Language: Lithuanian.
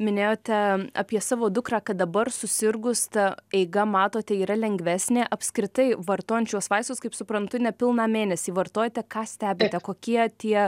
minėjote apie savo dukrą kad dabar susirgus ta eiga matote yra lengvesnė apskritai vartojant šiuos vaistus kaip suprantu ne pilną mėnesį vartojate ką stebite kokie tie